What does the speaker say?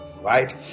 right